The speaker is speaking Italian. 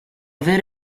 aver